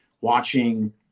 watching